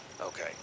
Okay